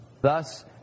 Thus